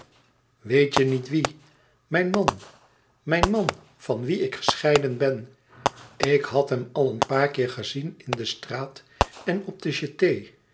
weet je niet wie mijn man mijn man van wien ik gescheiden ben ik had hem al een paar keer gezien e ids aargang de straat en op de